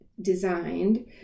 designed